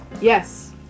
yes